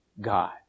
God